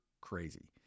crazy